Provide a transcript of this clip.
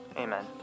Amen